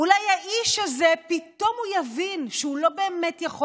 אולי האיש הזה פתאום יבין שהוא לא באמת יכול